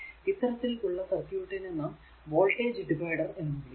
ഇത്തരത്തിൽ ഉള്ള സർക്യൂട്ടിനെ നാം വോൾടേജ് ഡിവൈഡർ എന്ന് വിളിക്കും